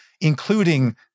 including